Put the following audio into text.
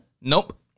Nope